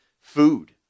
food